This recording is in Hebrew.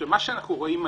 מה שאנחנו רואים,